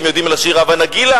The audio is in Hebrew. כי הם יודעים לשיר "הבה נגילה",